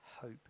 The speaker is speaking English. hope